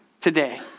today